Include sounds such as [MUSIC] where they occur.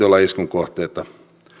[UNINTELLIGIBLE] olla iskun kohteita